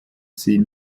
sie